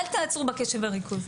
אל תעצרו בקשב וריכוז.